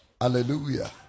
hallelujah